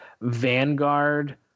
Vanguard